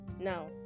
now